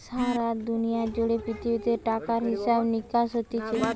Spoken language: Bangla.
সারা দুনিয়া জুড়ে পৃথিবীতে টাকার হিসাব নিকাস হতিছে